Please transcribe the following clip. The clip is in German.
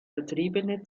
vertriebene